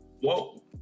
Whoa